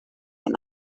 ein